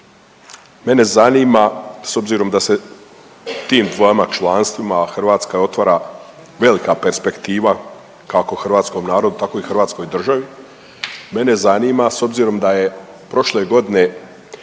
Mene zanima s obzirom da se tim dvama članstvima Hrvatska otvara velika perspektiva kako hrvatskom narodu tako i hrvatskoj državi, mene zanima s obzirom da je prošle godine